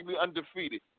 undefeated